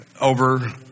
over